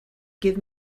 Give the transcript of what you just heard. give